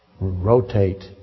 rotate